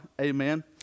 Amen